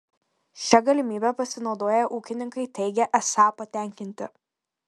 šia galimybe pasinaudoję ūkininkai teigia esą patenkinti